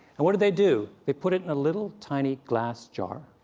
and what do they do? they put it in a little tiny glass jar,